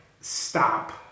stop